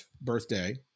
birthday